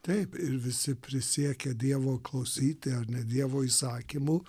taip ir visi prisiekia dievo klausyti ar ne dievo įsakymų